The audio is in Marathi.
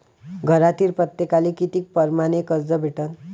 घरातील प्रत्येकाले किती परमाने कर्ज भेटन?